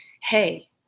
hey